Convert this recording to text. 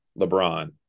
lebron